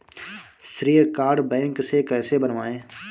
श्रेय card bank से कैसे बनवाएं?